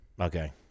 Okay